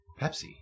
Pepsi